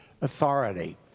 authority